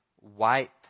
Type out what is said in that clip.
wipe